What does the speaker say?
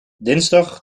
dinsdag